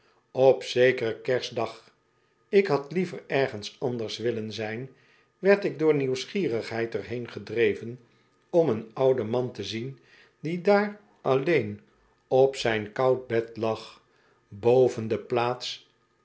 op zekeren kerstdag ik had liever ergens anders willen zijn werd ik door nieuwsgierigheid er heen gedreven om een ouden man te zien die daar alleen op zijn koud bed lag boven de plaats